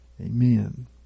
Amen